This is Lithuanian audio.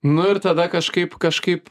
nu ir tada kažkaip kažkaip